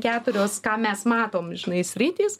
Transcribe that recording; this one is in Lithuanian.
keturios ką mes matom žinai sritys